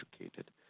educated